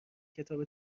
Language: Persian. کتاب